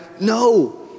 No